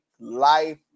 life